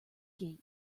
gate